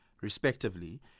respectively